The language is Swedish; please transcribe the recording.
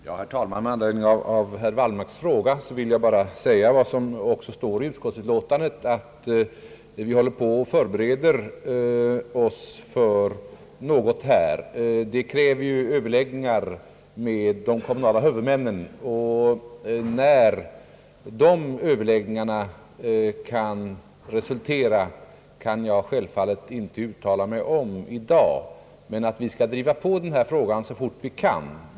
Herr talman! Med anledning av herr Wallmarks fråga vill jag säga — vilket också står i utskottsutlåtandet — att vi håller på att förbereda åtgärder i denna fråga. Det krävs överläggningar med de kommunala huvudmännen, och självfallet är det inte möjligt för mig att i dag säga något om när de Ööverläggningarna kan leda till resultat. Men vi skall driva på denna fråga så mycket vi kan.